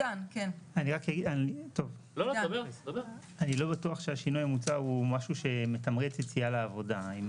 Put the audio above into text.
אני לא בטוח שהשינוי המוצע הוא משהו שמתמרץ יציאה לעבודה.